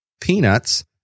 peanuts